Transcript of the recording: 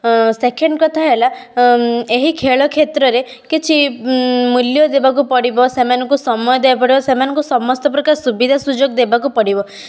second କଥା ହେଲା ଏହି ଖେଳ କ୍ଷେତ୍ରରେ କିଛି ମୂଲ୍ୟ ଦେବାକୁ ପଡ଼ିବ ସେମାନଙ୍କୁ ସମୟ ଦେବାକୁ ପଡ଼ିବ ସେମାନଙ୍କୁ ସମସ୍ତ ପ୍ରକାର ସୁବିଧା ସୁଯୋଗ ଦେବାକୁ ପଡ଼ିବ